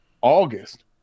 August